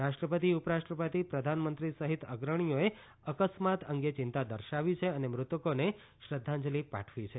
રાષ્ટ્રપતિ ઉપરાષ્ટ્રપતિ પ્રધાનમંત્રી સહીત અગ્રણીઓએ અકસ્માત અંગે ચિતા દર્શાવી છે અને મૃતકોને શ્રદ્ધાંજલિ પાઠવી છે